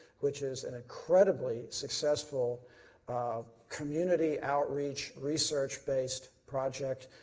which is an incredibly successful um community outreach research-based project,